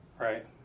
right